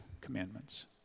commandments